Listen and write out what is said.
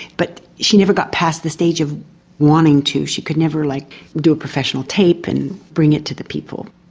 but she never got past the stage of wanting to, she could never like do a professional tape and bring it to the people.